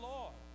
Lord